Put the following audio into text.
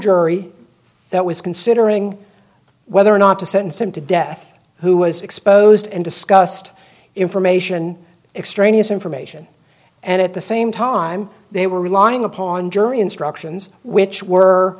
jury that was considering whether or not to sentence him to death who was exposed and discussed information extraneous information and at the same time they were relying upon jury instructions which were